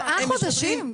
זה מה שיהיה.